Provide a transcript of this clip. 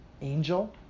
angel